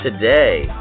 today